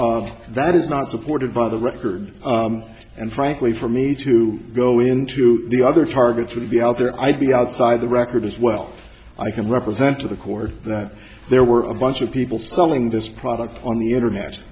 that is not supported by the record and frankly for me to go into the other targets would be out there i'd be outside the record as well as i can represent to the court that there were a bunch of people selling this product on the internet